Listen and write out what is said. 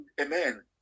Amen